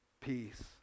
peace